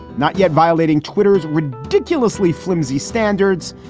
not yet violating twitter's ridiculously flimsy standards,